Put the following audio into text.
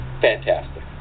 fantastic